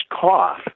cough